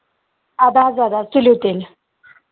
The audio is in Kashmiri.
اَدٕ حظ اَدٕ حظ تُلِو تیٚلہِ